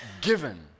given